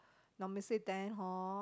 normally say then hor